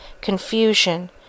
confusion